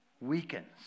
weakens